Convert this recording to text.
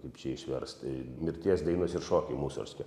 kaip čia išverst mirties dainos ir šokiai musorgskio